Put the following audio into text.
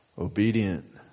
Obedient